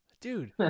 dude